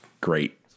great